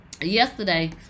yesterday